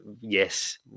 yes